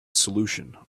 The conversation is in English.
solution